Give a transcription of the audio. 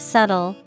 Subtle